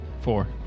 Four